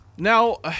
Now